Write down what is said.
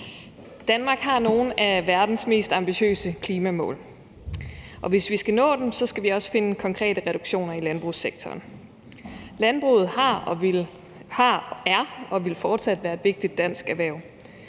Danmark har nogle af verdens mest ambitiøse klimamål, og hvis vi skal nå dem, skal vi også finde konkrete reduktioner i landbrugssektoren. Landbruget har været, er og vil fortsat være et vigtigt dansk erhverv,